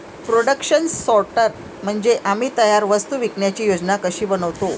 production sorter म्हणजे आम्ही तयार वस्तू विकण्याची योजना कशी बनवतो